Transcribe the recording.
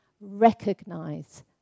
recognize